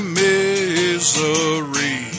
misery